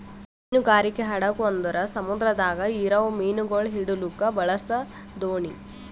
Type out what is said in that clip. ಮೀನುಗಾರಿಕೆ ಹಡಗು ಅಂದುರ್ ಸಮುದ್ರದಾಗ್ ಇರವು ಮೀನುಗೊಳ್ ಹಿಡಿಲುಕ್ ಬಳಸ ದೋಣಿ